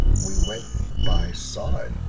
we went by, saw it,